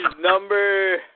number